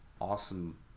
awesome